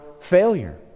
failure